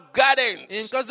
gardens